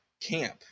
camp